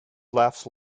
laughs